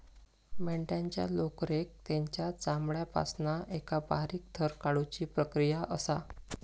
मेंढ्यांच्या लोकरेक तेंच्या चामड्यापासना एका बारीक थर काढुची प्रक्रिया असा